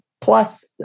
plus